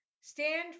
stand